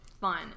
fun